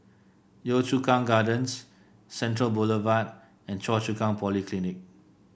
Yio Chu Kang Gardens Central Boulevard and Choa Chu Kang Polyclinic